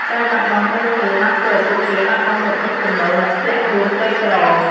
ការបាត់បង់ព្រៃឈើបានធ្វើឱ្យពួកគេបាត់បង់ប្រភពចំណូល និងធ្លាក់ខ្លួនក្រីក្រ។